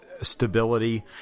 stability